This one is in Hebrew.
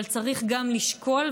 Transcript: אבל צריך גם לשקול,